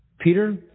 Peter